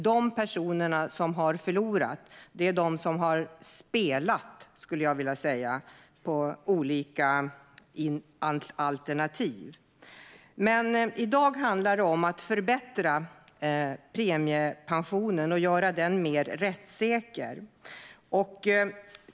De personer som har förlorat är de som har spelat, skulle jag vilja säga, på olika alternativ. I dag handlar det om att förbättra premiepensionen och göra den mer rättssäker.